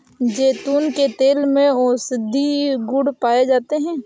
जैतून के तेल में औषधीय गुण पाए जाते हैं